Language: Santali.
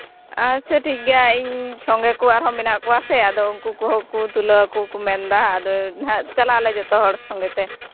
ᱟᱪᱪᱷᱟ ᱴᱷᱤᱠᱜᱮᱭᱟ ᱤᱧ ᱥᱚᱸᱜᱮ ᱠᱚ ᱟᱨᱦᱚᱸ ᱢᱮᱱᱟᱜ ᱠᱚᱣᱟ ᱥᱮ ᱟᱫᱚ ᱩᱱᱠᱩ ᱠᱚᱦᱚᱸ ᱠᱚ ᱛᱩᱞᱟᱹᱣᱟᱠᱚ ᱠᱚ ᱢᱮᱱᱫᱟ ᱟᱫᱚ ᱦᱟᱸᱜ ᱪᱟᱞᱟᱜ ᱟᱞᱮ ᱡᱚᱛᱚ ᱦᱚᱲ ᱥᱚᱸᱜᱮ ᱛᱮ